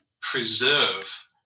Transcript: preserve